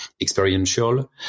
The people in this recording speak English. experiential